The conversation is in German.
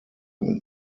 mit